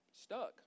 Stuck